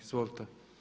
Izvolite.